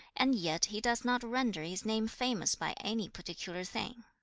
and yet he does not render his name famous by any particular thing